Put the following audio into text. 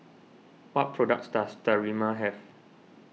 what products does Sterimar have